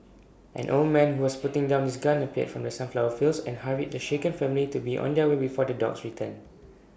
an old man who was putting down his gun appeared from the sunflower fields and hurried the shaken family to be on their way before the dogs return